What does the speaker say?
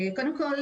‏קודם כל,